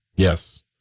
Yes